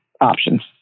options